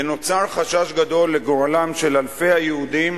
ונוצר חשש גדול לגורלם של אלפי היהודים